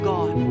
God